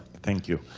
thank you.